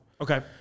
Okay